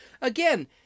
again